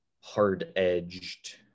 hard-edged